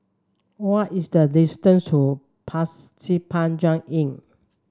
what is the distance to Pasir Panjang Inn